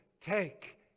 take